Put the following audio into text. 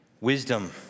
wisdom